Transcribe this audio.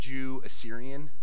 Jew-Assyrian